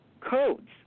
codes